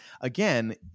again